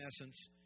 essence